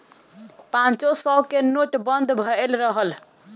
पांचो सौ के नोट बंद भएल रहल